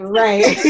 right